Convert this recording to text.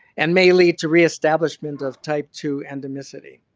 and may lead to reestablishment of type two endemicity.